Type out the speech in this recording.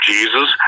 Jesus